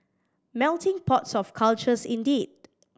melting pots of cultures indeed